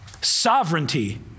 sovereignty